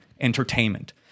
entertainment